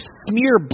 smear